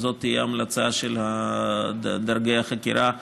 אם זאת תהיה ההמלצה של דרגי החקירה,